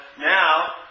now